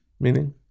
Meaning